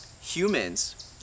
humans